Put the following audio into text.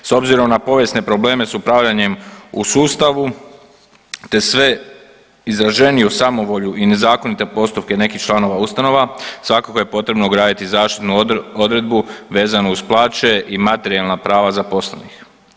S obzirom na povijesne probleme s upravljanje u sustavu te sve izraženiju samovolju i nezakonite postupke nekih članova ustanova svakako je potrebno ugraditi zaštitu odredbu vezano uz plaće i materijalna prava zaposlenih.